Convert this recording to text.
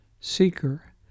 Seeker